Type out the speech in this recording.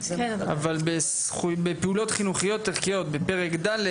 אבל בפעולות חינוכיות-ערכיות בפרק ד',